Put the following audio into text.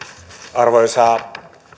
arvoisa